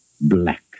Black